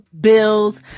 bills